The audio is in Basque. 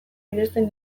miresten